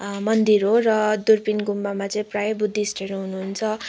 मन्दिर हो र दुर्पिन गुम्बामा चाहिँ प्रायै बुद्धिस्टहरू हुनुहुन्छ